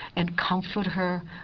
and comfort her,